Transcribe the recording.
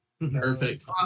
Perfect